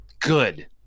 good